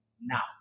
now